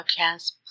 Podcast